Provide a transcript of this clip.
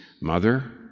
Mother